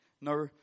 No